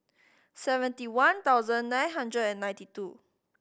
seventy one thousand nine hundred and ninety two